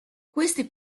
questi